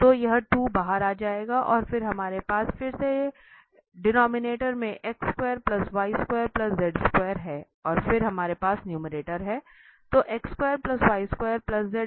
तो यह 2 बाहर आ जाएगा और फिर हमारे पास फिर से डिनोमिनेटर में है और फिर हमारे पास नुमेरटर है